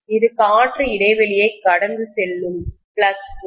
இது காற்று இடைவெளியைக் கடந்து செல்லும் ஃப்ளக்ஸ் கோடு